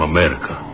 America